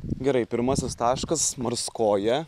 gerai pirmasis taškas marskoja